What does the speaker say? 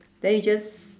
they just